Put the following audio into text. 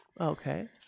Okay